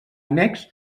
annex